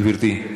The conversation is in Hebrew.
גברתי?